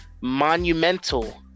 Monumental